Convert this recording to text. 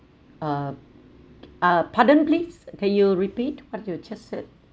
uh uh pardon please can you repeat what you just said